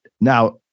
now